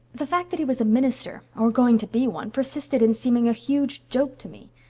the fact that he was a minister or going to be one persisted in seeming a huge joke to me.